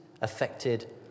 affected